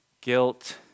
guilt